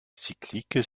cycliques